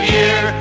Year